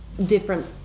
different